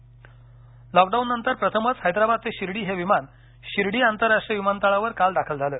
शिर्डी विमान अहमदनगर लाँकडाऊन नंतर प्रथमच हैदराबाद ते शिर्डी हे विमान शिर्डी आंतरराष्ट्रीय विमानतळावर काल दाखल झालं